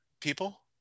people